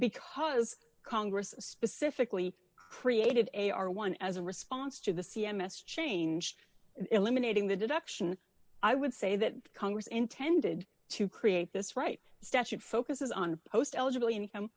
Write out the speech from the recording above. because congress specifically created a r one as a response to the c m s changed eliminating the deduction i would say that congress intended to create this right statute focuses on most eligible income